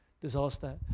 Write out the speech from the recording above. disaster